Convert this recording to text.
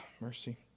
mercy